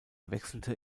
wechselte